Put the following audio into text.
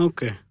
Okay